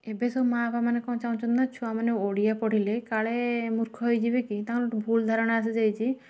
ଏବେ ସବୁ ମାଆ ବାପା ମାନେ କ'ଣ ଚାହୁଁଛନ୍ତି ନା ଛୁଆ ମାନେ ଓଡ଼ିଆ ପଢ଼ିଲେ କାଳେ ମୂର୍ଖ ହେଇଯିବେ କି ତାଙ୍କର ଗୋଟେ ଭୁଲ ଧାରଣା ଆସିଯାଇଛି